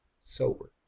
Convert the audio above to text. sober